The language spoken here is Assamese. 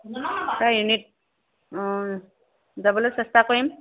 ইনে অ যাবলৈ চেষ্টা কৰিম